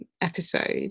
episode